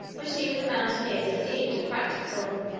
which even the mountaineers had deemed impracticable,